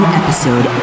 episode